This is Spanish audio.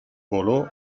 voló